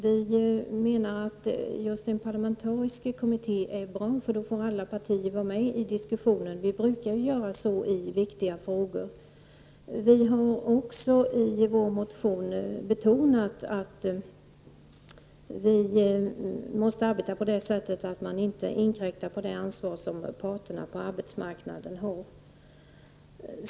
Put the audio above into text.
Vi menar att en parlamentarisk kommitté är bra, för då får alla partier vara med i diskussionen. Vi brukar göra så i viktiga frågor. Vi har också i vår motion betonat att arbetet måste bedrivas på sådant sätt att det inte inkräktar på det ansvar parterna på arbetsmarknaden har.